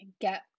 get